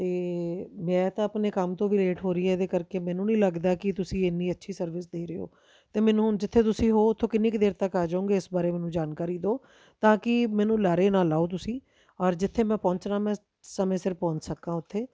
ਅਤੇ ਮੈਂ ਤਾਂ ਆਪਣੇ ਕੰਮ ਤੋਂ ਵੀ ਲੇਟ ਹੋ ਰਹੀ ਹਾਂ ਇਹਦੇ ਕਰਕੇ ਮੈਨੂੰ ਨਹੀਂ ਲੱਗਦਾ ਕਿ ਤੁਸੀਂ ਇੰਨੀ ਅੱਛੀ ਸਰਵਿਸ ਦੇ ਰਹੇ ਹੋ ਅਤੇ ਮੈਨੂੰ ਹੁਣ ਜਿੱਥੇ ਤੁਸੀਂ ਹੋ ਉੱਥੋਂ ਕਿੰਨੀ ਕੁ ਦੇਰ ਤੱਕ ਆ ਜਾਉਂਗੇ ਇਸ ਬਾਰੇ ਮੈਨੂੰ ਜਾਣਕਾਰੀ ਦਿਉ ਤਾਂ ਕਿ ਮੈਨੂੰ ਲਾਰੇ ਨਾ ਲਾਉ ਤੁਸੀਂ ਔਰ ਜਿੱਥੇ ਮੈਂ ਪਹੁੰਚਣਾ ਮੈਂ ਸਮੇਂ ਸਿਰ ਪਹੁੰਚ ਸਕਾਂ ਉੱਥੇ